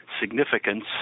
significance